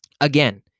Again